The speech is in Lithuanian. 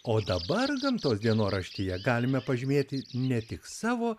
o dabar gamtos dienoraštyje galime pažymėti ne tik savo